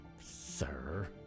sir